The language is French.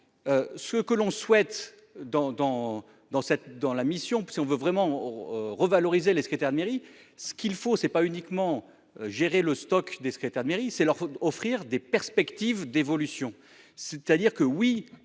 dans dans cette dans la mission si on veut vraiment. Revaloriser les secrétaires de mairie. Ce qu'il faut c'est pas uniquement gérer le stock des secrétaires de mairie c'est leur offrir des perspectives d'évolution, c'est-à-dire que oui,